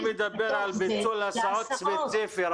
אני מדבר על ביטול הסעות ספציפי.